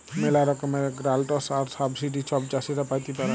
ম্যালা রকমের গ্র্যালটস আর সাবসিডি ছব চাষীরা পাতে পারে